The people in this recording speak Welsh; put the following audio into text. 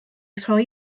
rhoi